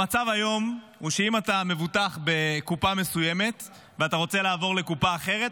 המצב היום הוא שאם אתה מבוטח בקופה מסוימת ואתה רוצה לעבור לקופה אחרת,